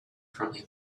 currently